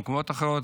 במקומות אחרים,